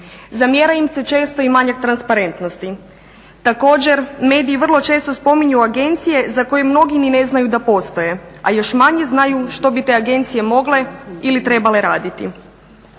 Zamjera im se često i manjak transparentnosti. Također, mediji vrlo često spominju agencije za koje mnogi ni ne znaju da postoje, a još manje znaju što bi te agencije mogle ili trebale raditi.